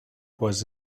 was